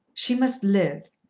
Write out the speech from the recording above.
she must live.